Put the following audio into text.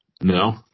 No